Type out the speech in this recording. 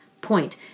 Point